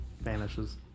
vanishes